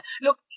look